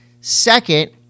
Second